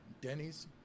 Denny's